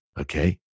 Okay